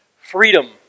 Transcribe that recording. freedom